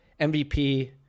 MVP